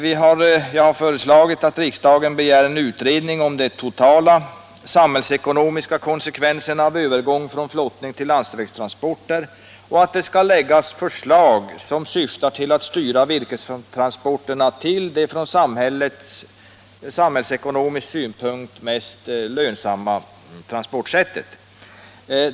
Jag har föreslagit att riksdagen skall begära en utredning om de totala samhällsekonomiska konsekvenserna av övergång från flottning till landsvägstransporter och att det skall framläggas förslag som syftar till att styra virkestransporterna till det från samhällsekonomisk synpunkt mest lönsamma transportsättet.